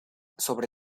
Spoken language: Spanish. sobre